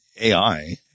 AI